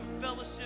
fellowship